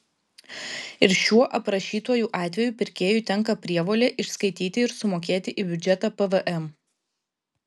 ir šiuo aprašytuoju atveju pirkėjui tenka prievolė išskaityti ir sumokėti į biudžetą pvm